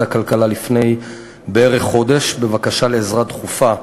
הכלכלה לפני בערך חודש בבקשה לעזרה דחופה,